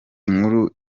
inkuru